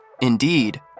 Indeed